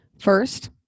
first